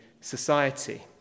society